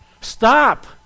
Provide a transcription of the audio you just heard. Stop